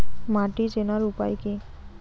মাটি চেনার উপায় কি?